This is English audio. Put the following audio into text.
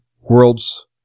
world's